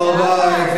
תודה רבה.